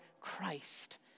Christ